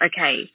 okay